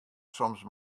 soms